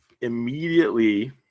immediately